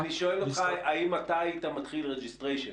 שואל אותך אם אתה היית מתחיל registration,